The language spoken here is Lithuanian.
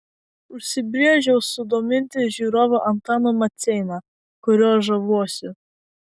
užsibrėžiau sudominti žiūrovą antanu maceina kuriuo žaviuosi